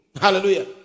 Hallelujah